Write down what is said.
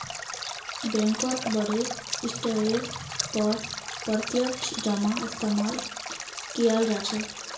बैंकत बडे स्तरेर पर प्रत्यक्ष जमाक इस्तेमाल कियाल जा छे